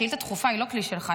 שאילתה דחופה היא לא כלי שלך,